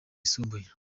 yisumbuye